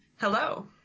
Hello